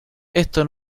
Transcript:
esto